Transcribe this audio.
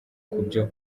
kubyo